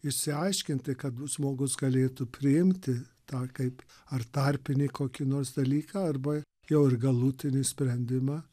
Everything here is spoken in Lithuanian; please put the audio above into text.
išsiaiškinti kad žmogus galėtų priimti tą kaip ar tarpinį kokį nors dalyką arba jau ir galutinį sprendimą